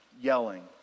yelling